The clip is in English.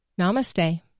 namaste